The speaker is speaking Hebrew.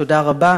תודה רבה.